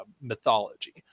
mythology